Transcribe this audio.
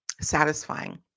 satisfying